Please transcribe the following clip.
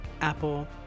Apple